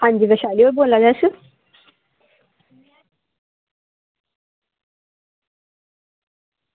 आं जी वैशाली होर बोल्ला दे